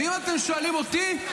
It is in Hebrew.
ואם אתם שואלים אותי,